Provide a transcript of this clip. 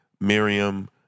Miriam